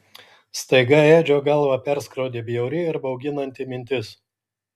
staiga edžio galvą perskrodė bjauri ir bauginanti mintis